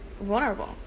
vulnerable